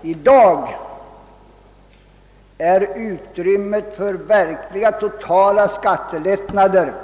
Vi vet att utrymmet för totala skattelättnader är